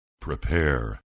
prepare